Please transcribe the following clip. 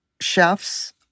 chefs